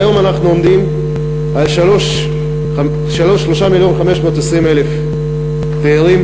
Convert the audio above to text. היום אנחנו עומדים על 3 מיליון ו-520,000 תיירים,